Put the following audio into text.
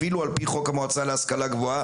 אפילו על פי חוק המועצה להשכלה גבוהה,